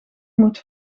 moet